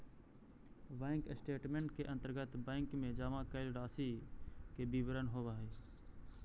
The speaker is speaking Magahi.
बैंक स्टेटमेंट के अंतर्गत बैंक में जमा कैल राशि के विवरण होवऽ हइ